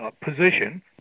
position